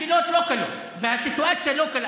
השאלות לא קלות והסיטואציה לא קלה,